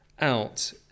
out